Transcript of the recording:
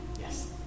Yes